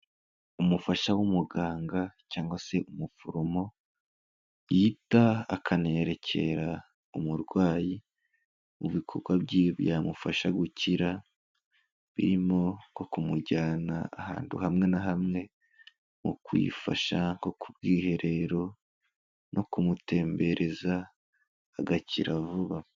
Umufasha w'umuganga cyangwa se umuforomo, yita akanerekera umurwayi ibikorwa bye byamufasha gukira, birimo no kumujyana ahantu hamwe na hamwe mu kwifasha no ku bwiherero no kumutembereza agakira vuba.